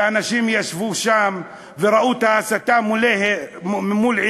שאנשים ישבו שם וראו את ההסתה מול עיניהם,